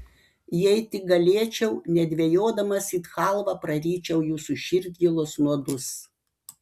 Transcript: jei tik galėčiau nedvejodamas it chalvą praryčiau jūsų širdgėlos nuodus